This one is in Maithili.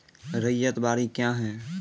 रैयत बाड़ी क्या हैं?